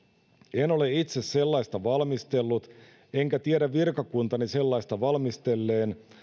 en ole itse sellaista valmistellut enkä tiedä virkakuntani sellaista valmistelleen